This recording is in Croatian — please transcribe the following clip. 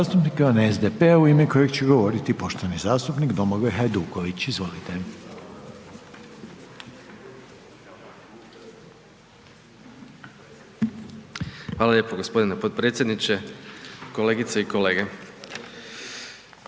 Hvala lijepo gospodine potpredsjedniče. Kolegice i kolege,